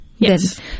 Yes